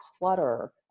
clutter